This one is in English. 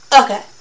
Okay